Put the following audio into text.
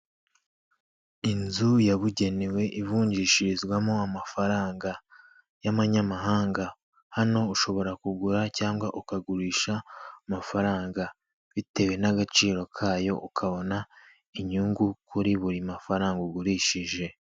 Inzu yabugenewe ivunjishirizwamo amafaranga y'amanyamahanga hano ushobora kugura cyangwa ukagurisha amafaranga, bitewe n'agaciro kayo ukabona inyungu kuri buri mafaranga ugurishije.